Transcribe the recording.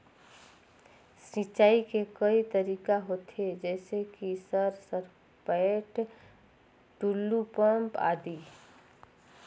सिंचाई के कई तरीका होथे? जैसे कि सर सरपैट, टुलु पंप, आदि?